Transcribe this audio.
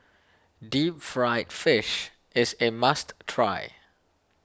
Deep Fried Fish is a must try